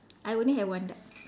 I only have one duck